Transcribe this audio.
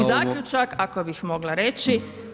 I zaključak ako bih mogla reći.